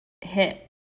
hit